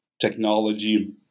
technology